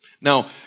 Now